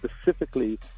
specifically